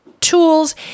tools